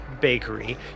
bakery